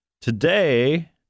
today